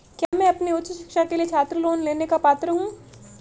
क्या मैं अपनी उच्च शिक्षा के लिए छात्र लोन लेने का पात्र हूँ?